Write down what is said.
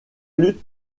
lutte